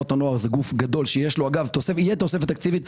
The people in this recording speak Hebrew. תנועות הנוער זה גוף גדול שיש לו - תהיה תוספת תקציבית.